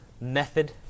method